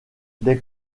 des